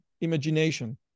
imagination